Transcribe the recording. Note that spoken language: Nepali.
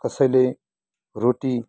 कसैले रोटी